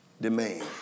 demand